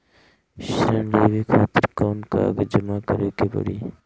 ऋण लेवे खातिर कौन कागज जमा करे के पड़ी?